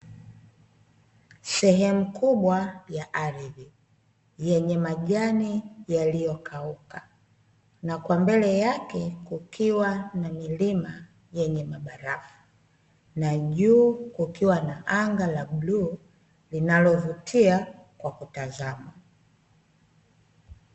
Sehemu kubwa ya ardhi yenye majani yaliyokauka, na kwa mbele yake kukiwa na milima yenye mabarafu, na juu kukiwa na anga la bluu linalovutia kwa kutazama.